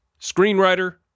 screenwriter